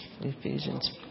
Ephesians